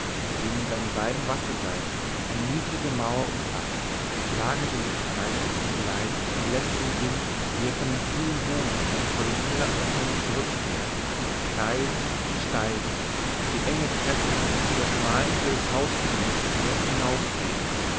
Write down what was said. den an seinen beiden wasserseiten eine niedrige mauer umfaßt lagert die luft heiß und leicht und läßt den wind wie er von den kühlen bogengängen vor den kelleröffnungen zurückfährt kreisen und steigen die enge treppe die zu der schmalen tür des hauptflügels führt hinaufgehen